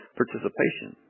participation